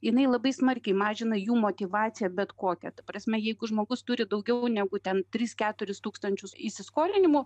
jinai labai smarkiai mažina jų motyvaciją bet kokia prasme jeigu žmogus turi daugiau negu ten tris keturis tūkstančius įsiskolinimų